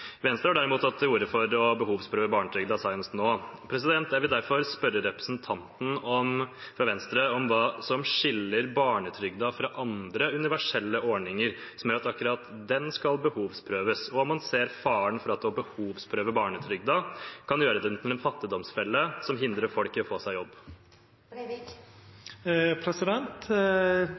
Venstre har derimot – senest nå – tatt til orde for å behovsprøve barnetrygden. Jeg vil derfor spørre representanten Breivik fra Venstre om hva som skiller barnetrygden fra andre universelle ordninger, som gjør at akkurat den skal behovsprøves, og om han ser faren for at å behovsprøve barnetrygden kan gjøre den til en fattigdomsfelle som hindrer folk i å få seg jobb.